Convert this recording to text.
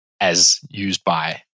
as-used-by